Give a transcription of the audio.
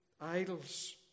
idols